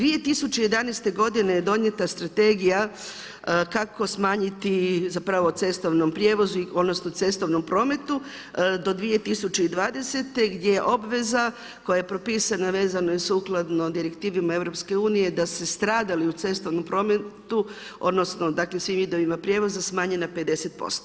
2011. godine je donijeta Strategija kako smanjiti zapravo cestovnom prijevozu, odnosno cestovnom prometu do 2020. gdje je obveza koja je propisana vezano i sukladno direktivima EU da se stradali u cestovnom prometu, odnosno dakle svim vidovima prijevoza smanje na 50%